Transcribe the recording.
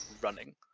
running